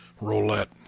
Roulette